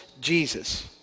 Jesus